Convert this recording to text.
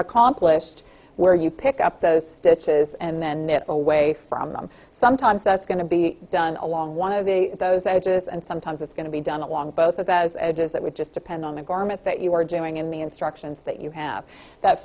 accomplished where you pick up those stitches and then that away from them sometimes that's going to be done along one of the those edges and sometimes it's going to be done along both of those edges that would just depend on the garment that you were doing in the instructions that you have that